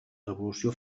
revolució